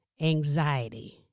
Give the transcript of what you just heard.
anxiety